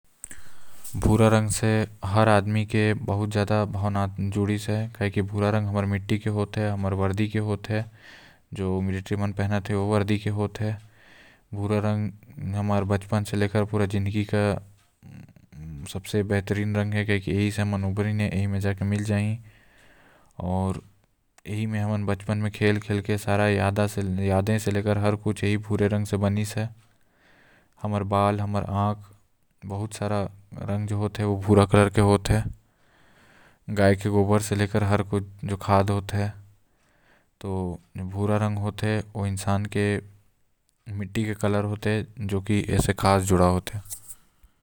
भूरा रंग से हर आदमी के जुड़ाव लगे हैं काबर की भूरा रंग हमर मिट्टी के रहते। आऊ हमर देश के पुलिस आऊ मिलिट्री के जवानओ के रंग भी हमर मिट्टी के हे रहल जेल ल खाकी भी कहलाते।